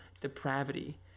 depravity